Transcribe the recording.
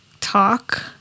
talk